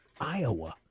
Iowa